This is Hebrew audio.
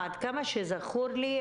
ועד כמה שזכור לי,